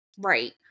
right